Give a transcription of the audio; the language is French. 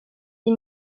des